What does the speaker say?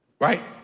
Right